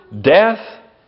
death